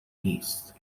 نیست